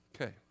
Okay